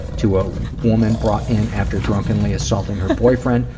to a woman brought in after drunkenly assaulting her boyfriend,